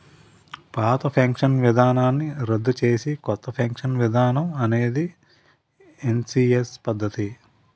పాత పెన్షన్ విధానాన్ని రద్దు చేసి కొత్త పెన్షన్ విధానం అనేది ఎన్పీఎస్ పద్ధతి